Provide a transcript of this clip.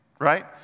right